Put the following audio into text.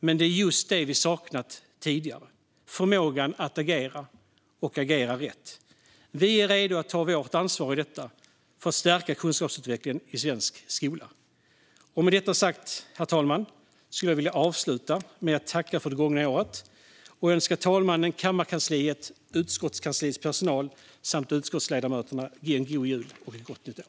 Men det är just det som har saknats tidigare: förmågan att agera och att agera rätt. Vi är redo att ta vårt ansvar i detta för att stärka kunskapsutvecklingen i svensk skola. Med detta sagt, herr talman, skulle jag vilja avsluta med att tacka för det gångna året och önska talmannen, kammarkansliet, utskottskansliets personal samt utskottsledamöterna en god jul och ett gott nytt år.